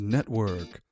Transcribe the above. Network